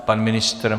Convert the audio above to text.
Pan ministr?